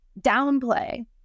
downplay